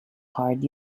hard